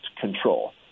control